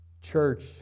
church